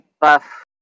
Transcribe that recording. buff